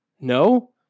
No